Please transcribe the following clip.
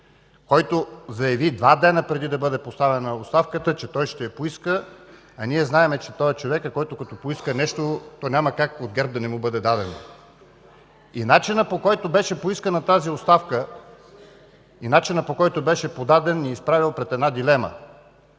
който два дни преди да бъде поставена оставката заяви, че той ще я поиска, а ние знаем, че той е човекът, който като поиска нещо, то няма как от ГЕРБ да не му бъде дадено. Начинът, по който беше поискана тази оставка, и начинът, по който беше подадена, ни изправи пред една дилема.